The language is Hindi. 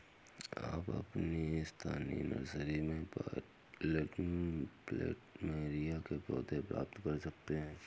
आप अपनी स्थानीय नर्सरी में पॉटेड प्लमेरिया के पौधे प्राप्त कर सकते है